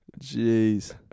Jeez